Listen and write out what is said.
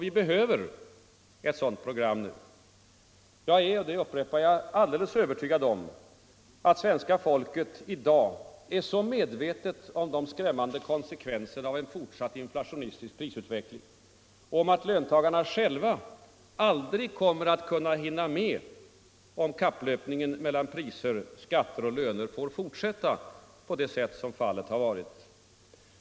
Vi behöver ett sådant program nu. Jag är — det upprepar jag — alldeles övertygad om att svenska folket i dag är medvetet om de skrämmande konsekvenserna av en fortsatt inflationistisk prisutveckling och om att löntagarna själva aldrig kommer att kunna hinna med om kapplöpningen mellan priser, skatter och löner får fortsätta på det sätt som fallet har varit.